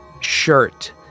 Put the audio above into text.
shirt